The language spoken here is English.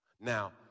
Now